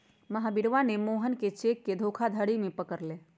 महावीरवा ने मोहन के चेक के धोखाधड़ी में पकड़ लय